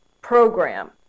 program